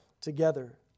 together